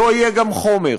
לא יהיה גם חומר,